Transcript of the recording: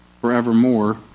forevermore